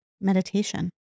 meditation